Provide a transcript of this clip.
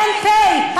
אין פ"א.